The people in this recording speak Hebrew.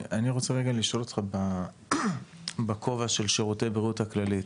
אני רוצה רגע לשאול אותך בכובע של שירותי בריאות כללית,